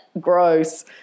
Gross